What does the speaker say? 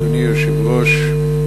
אדוני היושב-ראש,